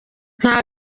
nta